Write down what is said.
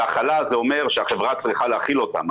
הכלה זה אומר שהחברה צריכה להכיל אותם.